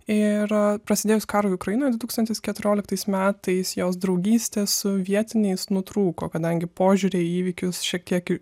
ir prasidėjus karui ukrainoje du tūkstantis keturioliktais metais jos draugystė su vietiniais nutrūko kadangi požiūriai į įvykius šiek tiek į